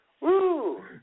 Woo